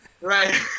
Right